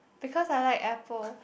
because I like apple